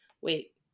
wait